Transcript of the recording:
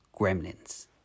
gremlins